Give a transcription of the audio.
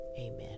Amen